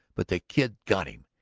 but the kid got him!